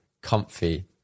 comfy